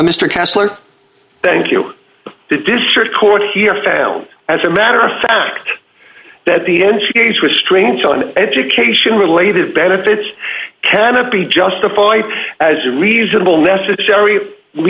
mr kessler thank you for the district court here found as a matter of fact that the n c a a s restraints on education related benefits cannot be justified as a reasonable necessary